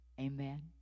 Amen